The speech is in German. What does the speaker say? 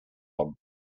haben